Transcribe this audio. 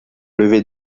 levé